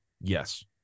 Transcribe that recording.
yes